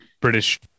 british